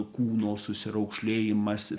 kūno susiraukšlėjimas